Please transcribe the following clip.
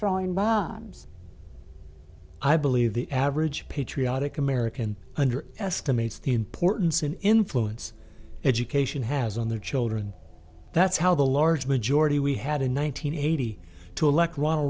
throwing bombs i believe the average patriotic american underestimates the importance an influence education has on their children that's how the large majority we had in one nine hundred eighty to elect ronald